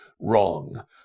wrong